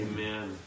amen